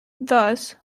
thus